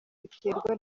biterwa